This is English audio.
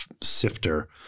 sifter